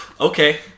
okay